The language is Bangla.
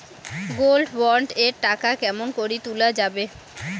গোল্ড বন্ড এর টাকা কেমন করি তুলা যাবে?